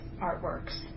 artworks